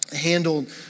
handled